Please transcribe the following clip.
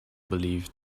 believed